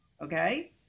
Okay